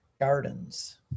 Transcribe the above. gardens